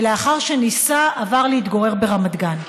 ולאחר שנישא עבר להתגורר ברמת גן.